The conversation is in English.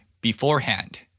beforehand